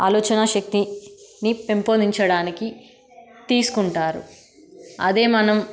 ఆలోచనా శక్తిని పెంపొందించడానికి తీసుకుంటారు అదే మనం